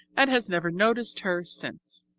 and has never noticed her since.